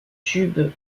tube